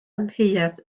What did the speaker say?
amheuaeth